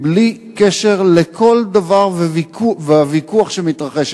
בלי קשר לכל דבר והוויכוח שמתרחש,